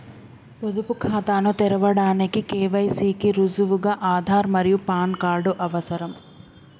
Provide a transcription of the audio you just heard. పొదుపు ఖాతాను తెరవడానికి కే.వై.సి కి రుజువుగా ఆధార్ మరియు పాన్ కార్డ్ అవసరం